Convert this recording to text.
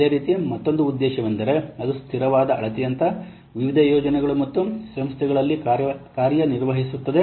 ಅದೇ ರೀತಿ ಮತ್ತೊಂದು ಉದ್ದೇಶವೆಂದರೆ ಅದು ಸ್ಥಿರವಾದ ಅಳತೆಯಂತೆ ವಿವಿಧ ಯೋಜನೆಗಳು ಮತ್ತು ಸಂಸ್ಥೆಗಳಲ್ಲಿ ಕಾರ್ಯನಿರ್ವಹಿಸುತ್ತದೆ